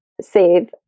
save